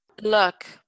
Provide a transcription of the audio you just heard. look